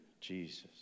Jesus